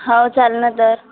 हो चालेल ना तर